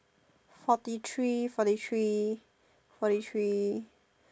forty three forty three forty three